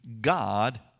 God